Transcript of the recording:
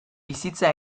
bizitza